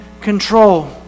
control